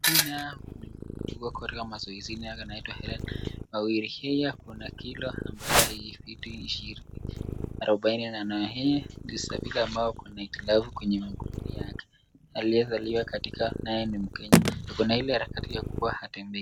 Huyu naye ako katika mazoezini anaitwa Hellen Wawiri yeye ako na kilo ambayo haizidi arobaini, hii inaweza kuwa ana hitilafu kwemye mguuni yake aliyezaliwa katika naye ni mkenya katika ile harakati ya kuwa hatembei.